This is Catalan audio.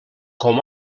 com